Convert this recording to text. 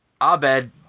Abed